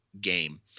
game